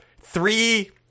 three